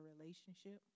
relationship